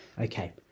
Okay